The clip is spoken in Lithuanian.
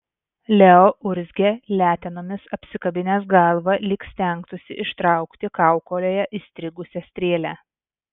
leo urzgė letenomis apsikabinęs galvą lyg stengtųsi ištraukti kaukolėje įstrigusią strėlę